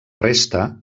resta